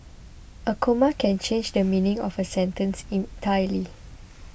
a comma can change the meaning of a sentence entirely